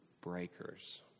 breakers